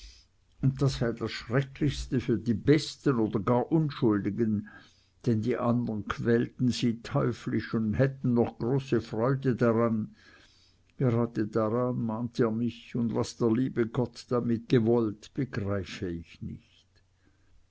und das sei das schrecklichste für die besten oder gar unschuldigen denn die andern quälten sie teuflisch und hätten noch große freude dran gerade daran mahnt ihr mich und was der liebe gott damit gewollt begreife ich nicht